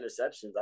interceptions